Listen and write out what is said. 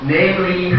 Namely